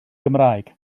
gymraeg